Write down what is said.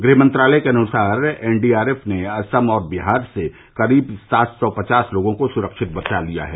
गृह मंत्रालय के अनुसार एन डी आर एफ ने असम और बिहार से करीब सात सौ पचास लोगों को सुरक्षित बचा लिया है